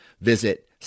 visit